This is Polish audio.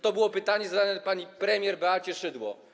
To było pytanie zadane pani premier Beacie Szydło.